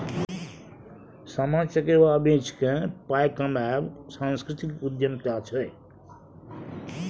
सामा चकेबा बेचिकेँ पाय कमायब सांस्कृतिक उद्यमिता छै